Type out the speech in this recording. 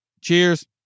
Cheers